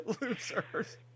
Losers